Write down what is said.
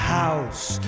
house